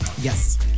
yes